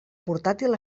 portàtil